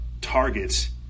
targets